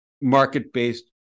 market-based